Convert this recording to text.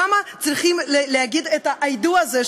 שם הם צריכים להגיד את ה"I do" הזה,